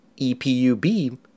EPUB